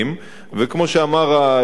וכמו שאמר היושב-ראש,